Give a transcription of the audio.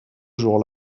jour